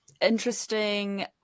interesting